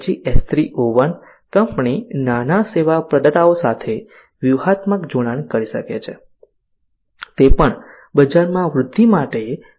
પછી S3 O1 company નાના સેવા પ્રદાતાઓ સાથે વ્યૂહાત્મક જોડાણ કરી શકે છે તે પણ બજારમાં વૃદ્ધિ માટે